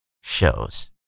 shows